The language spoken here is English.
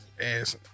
ass